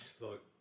look